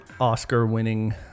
Oscar-winning